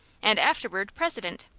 and afterward, president.